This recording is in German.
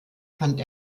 fand